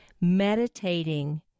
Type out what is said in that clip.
meditating